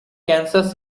kansas